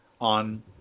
on